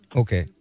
okay